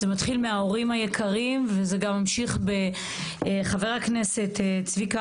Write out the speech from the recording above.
זה מתחיל מההורים היקרים וזה גם ממשיך בחבר הכנסת צביקה